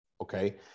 Okay